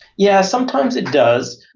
yeah, sometimes it does.